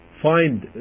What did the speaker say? Find